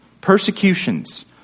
persecutions